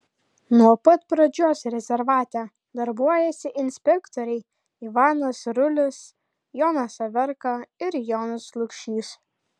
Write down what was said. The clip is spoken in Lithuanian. nuo pat pradžios rezervate darbuojasi inspektoriai ivanas rulis jonas averka ir jonas lukšys